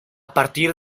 partir